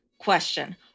question